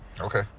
Okay